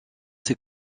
ses